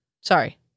Sorry